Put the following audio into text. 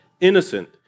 innocent